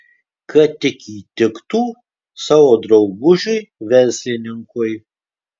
kad tik įtiktų savo draugužiui verslininkui